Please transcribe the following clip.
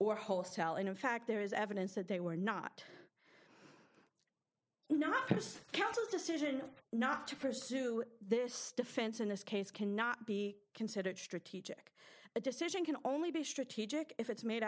or wholesale and in fact there is evidence that they were not not this council decision not to pursue this defense in this case cannot be considered strategic a decision can only be strategic if it's made